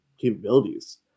capabilities